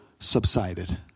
subsided